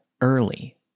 early